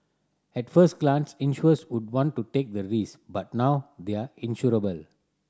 at first glance insurers wouldn't want to take the risk but now they are insurable